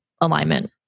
alignment